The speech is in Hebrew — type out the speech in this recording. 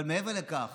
אבל מעבר לכך